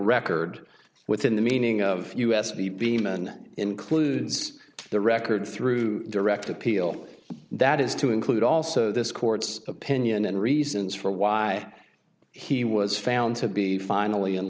record within the meaning of u s b beeman includes the record through direct appeal that is to include also this court's opinion and reasons for why he was found to be finally and